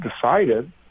decided